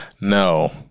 No